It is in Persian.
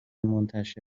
منتشر